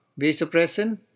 vasopressin